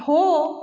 हो